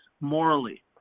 morally